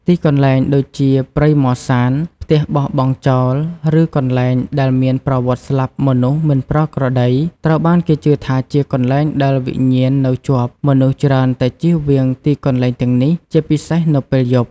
ទីកន្លែងដូចជាព្រៃស្មសាន ផ្ទះបោះបង់ចោល ឬកន្លែងដែលមានប្រវត្តិស្លាប់មនុស្សមិនប្រក្រតី ត្រូវបានគេជឿថាជាកន្លែងដែលវិញ្ញាណនៅជាប់ មនុស្សច្រើនតែជៀសវាងទីកន្លែងទាំងនេះ ជាពិសេសនៅពេលយប់។